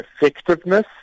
effectiveness